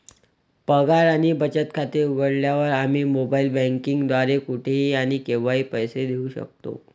पगार आणि बचत खाते उघडल्यावर, आम्ही मोबाइल बँकिंग द्वारे कुठेही आणि केव्हाही पैसे देऊ शकतो